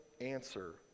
answer